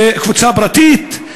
קבוצה פרטית,